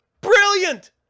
Brilliant